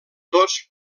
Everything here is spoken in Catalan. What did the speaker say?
tots